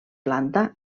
planta